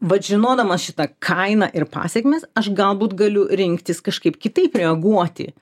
vat žinodamas šitą kainą ir pasekmes aš galbūt galiu rinktis kažkaip kitaip reaguoti